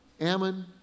Ammon